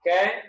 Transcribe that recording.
Okay